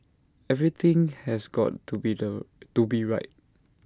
everything has got to be the to be right